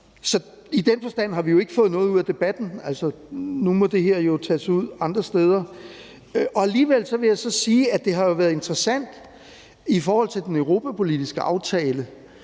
så i den forstand har vi jo ikke fået noget ud af debatten, og nu må det her jo tages ned andre steder. Alligevel vil jeg sige, at det har været interessant at se, i forhold til den europapolitiske aftale,